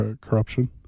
corruption